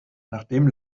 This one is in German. nachdem